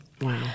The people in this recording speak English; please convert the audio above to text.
Wow